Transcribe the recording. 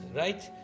right